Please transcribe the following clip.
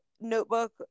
notebook